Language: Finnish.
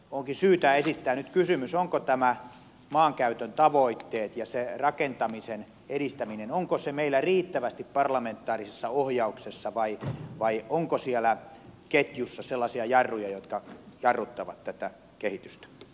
onkin syytä esittää nyt kysymys ovatko nämä maankäytön tavoitteet ja se rakentamisen edistäminen meillä riittävästi parlamentaarisessa ohjauksessa vai onko siellä ket jussa sellaisia jarruja jotka jarruttavat tätä kehitystä